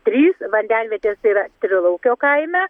trys vandenvietės tai yra trilaukio kaime